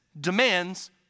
demands